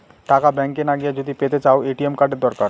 টাকা ব্যাঙ্ক না গিয়ে যদি পেতে চাও, এ.টি.এম কার্ড দরকার